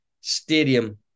Stadium